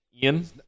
Ian